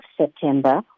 September